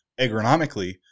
agronomically